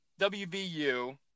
WVU